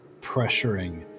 pressuring